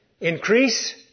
Increase